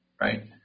right